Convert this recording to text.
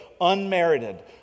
unmerited